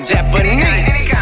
Japanese